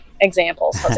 examples